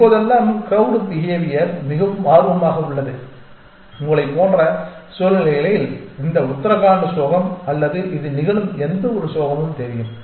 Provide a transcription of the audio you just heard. இப்போதெல்லாம் crowd behaviour மிகவும் ஆர்வமாக உள்ளது உங்களைப் போன்ற சூழ்நிலைகளில் இந்த உத்தரகண்ட் சோகம் அல்லது இது நிகழும் எந்தவொரு சோகமும் தெரியும்